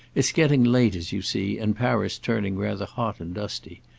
it's getting late, as you see, and paris turning rather hot and dusty.